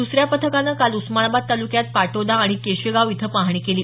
द्सऱ्या पथकाने काल उस्मानाबाद तालुक्यात पाटोदा आणि केशेगाव इथं पाहणी केली